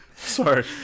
Sorry